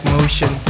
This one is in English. Motion